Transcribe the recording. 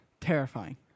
terrifying